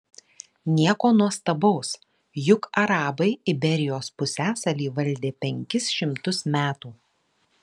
nieko nuostabaus juk arabai iberijos pusiasalį valdė penkis šimtus metų